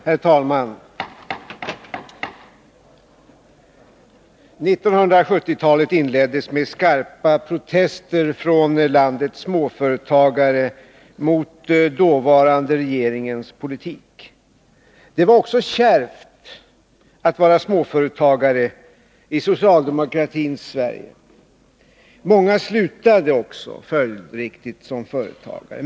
Herr talman! 1970-talet inleddes med skarpa protester från landets småföretagre mot den dåvarande regeringens politik. Det var kärvt att vara småföretagare i socialdemokratins Sverige. Många slutade också följdriktigt Nr 175 som småföretagare.